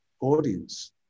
audience